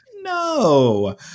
No